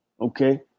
Okay